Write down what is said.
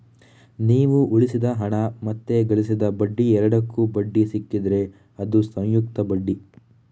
ನೀವು ಉಳಿಸಿದ ಹಣ ಮತ್ತೆ ಗಳಿಸಿದ ಬಡ್ಡಿ ಎರಡಕ್ಕೂ ಬಡ್ಡಿ ಸಿಕ್ಕಿದ್ರೆ ಅದು ಸಂಯುಕ್ತ ಬಡ್ಡಿ